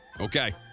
Okay